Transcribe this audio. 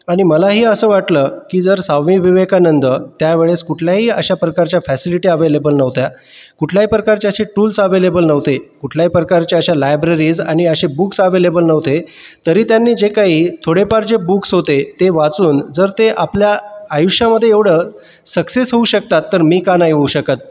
आणि मलाही असं वाटलं की जर स्वामी विवेकानंद त्यावेळेस कुठल्याही अशा प्रकारच्या फॅसिलिटी अवेलेबल नव्हत्या कुठल्याही प्रकारचे असे टूल्स अवेलेबल नव्हते कुठल्याही प्रकारच्या अशा लायब्ररीज आणि असे बुक्स अवेलेबल नव्हते तरी त्यांनी जे काही थोडेफार जे बुक्स होते ते वाचून जर ते आपल्या आयुष्यामध्ये एवढं सक्सेस होऊ शकतात तर मी का नाही होऊ शकत